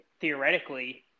theoretically